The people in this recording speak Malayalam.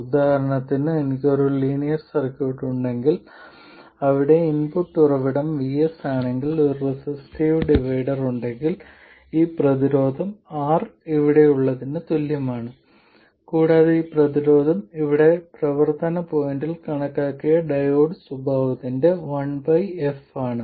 ഉദാഹരണത്തിന് എനിക്ക് ഒരു ലീനിയർ സർക്യൂട്ട് ഉണ്ടെങ്കിൽ അവിടെ ഇൻപുട്ട് ഉറവിടം VS ആണെങ്കിൽ ഒരു റെസിസ്റ്റീവ് ഡിവൈഡർ ഉണ്ടെങ്കിൽ ഈ പ്രതിരോധം R ഇവിടെയുള്ളതിന് തുല്യമാണ് കൂടാതെ ഈ പ്രതിരോധം ഇവിടെ പ്രവർത്തന പോയിന്റിൽ കണക്കാക്കിയ ഡയോഡ് സ്വഭാവത്തിന്റെ 1 by f ആണ്